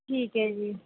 ਠੀਕ ਹੈ ਜੀ